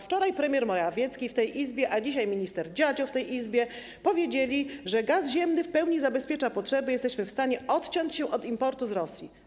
Wczoraj premier Morawiecki w tej Izbie, a dzisiaj minister Dziadzio w tej Izbie powiedzieli, że mamy gaz ziemny, który w pełni zabezpiecza nasze potrzeby, że jesteśmy w stanie odciąć się od importu z Rosji.